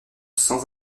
sans